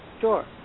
Sure